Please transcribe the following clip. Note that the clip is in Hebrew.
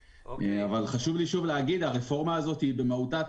חשוב לי לומר שהרפורמה הזאת במהותה היא